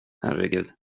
herregud